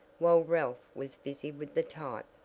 while ralph was busy with the type,